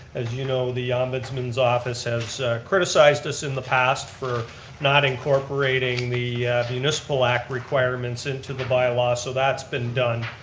as you know the ombudsman's office has criticized us in the past for not incorporating the municipal act requirements into the bylaws, so that's been done.